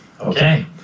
Okay